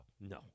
No